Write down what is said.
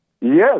Yes